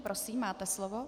Prosím, máte slovo.